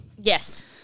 Yes